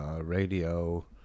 radio